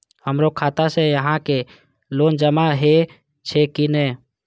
हमरो खाता से यहां के लोन जमा हे छे की ने?